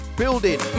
building